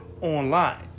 online